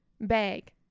Bag